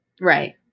Right